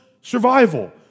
survival